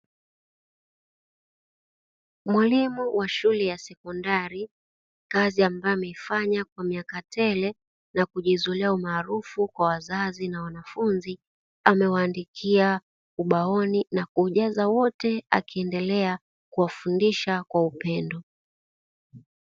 Mwalimu wa shule ya sekondari, kazi ambayo ameifanya kwa miaka tele na kujizolea umaarufu kwa wazazi na wanafunzi, amewaandikia ubaoni na kuujaza wote akiendelea kuwafundisha kwa upendo.